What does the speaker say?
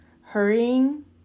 hurrying